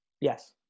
Yes